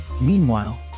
Meanwhile